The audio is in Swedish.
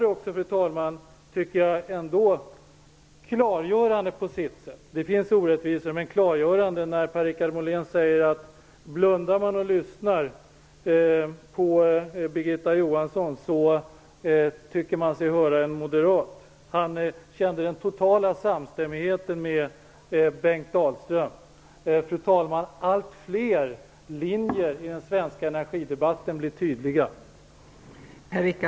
Det var, fru talman, på sitt sätt klargörande när Per Richard Molén sade: Blundar man när man lyssnar på Birgitta Johansson, tycker man sig höra en moderat. Han upplevde en total samstämmighet med Bengt Dalström. Fru talman! Allt fler linjer i den svenska energidebatten blir tydliga.